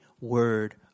word